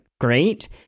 great